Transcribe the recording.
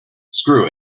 screw